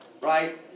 right